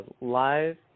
live